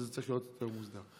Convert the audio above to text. זה צריך להיות יותר מוסדר.